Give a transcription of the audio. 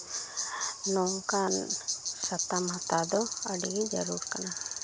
ᱱᱚᱝᱠᱟᱱ ᱥᱟᱛᱟᱢ ᱦᱟᱛᱟᱣ ᱫᱚ ᱟᱰᱤᱜᱮ ᱡᱟᱹᱨᱩᱲ ᱠᱟᱱᱟ